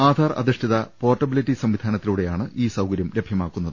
ആധാർ അധിഷ്ഠിത പോർട്ടബിലിറ്റി സംവിധാന ത്തിലൂടെയാണ് ഈ സൌകര്യം ലഭ്യമാക്കുന്നത്